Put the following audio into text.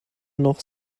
noch